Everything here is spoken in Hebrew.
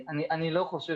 מבין